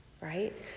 right